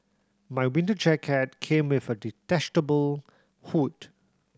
my winter jacket came with a detachable hood